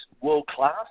world-class